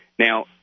Now